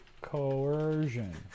coercion